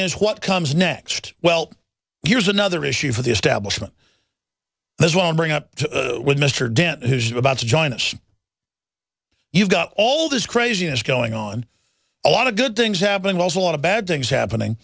is what comes next well here's another issue for the establishment this won't bring up with mr dent who's about to join us you've got all this craziness going on a lot of good things happening was a lot of bad things happening